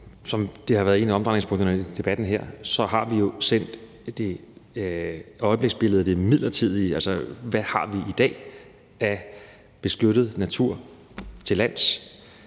det, der har været et af omdrejningspunkterne i debatten her, er jo, at vi har sendt et øjebliksbillede af det midlertidige, altså hvad vi har i dag af beskyttet natur til lands